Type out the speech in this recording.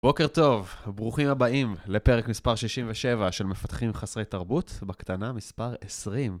בוקר טוב, ברוכים הבאים לפרק מספר 67 של מפתחים חסרי תרבות, בקטנה מספר 20.